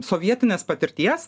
sovietinės patirties